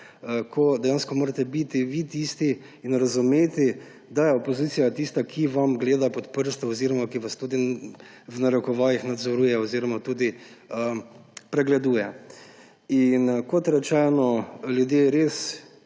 dejansko morate vi razumeti, da je opozicija tista, ki vam gleda pod prste oziroma ki vas tudi, v narekovajih, nadzoruje oziroma tudi pregleduje. Kot rečeno, ljudje res